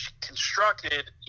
constructed